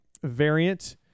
variant